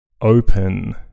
open